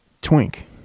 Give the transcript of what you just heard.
twink